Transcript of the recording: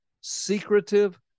secretive